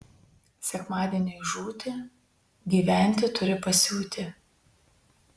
sekmadieniui žūti gyventi turi pasiūti